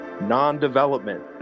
non-development